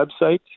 website